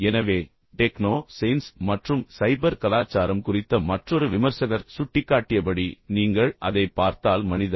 எனவே techno science மற்றும் cyber கலாச்சாரம் குறித்த மற்றொரு விமர்சகர் சுட்டிக்காட்டியபடி நீங்கள் அதைப் பார்த்தால் மனிதர்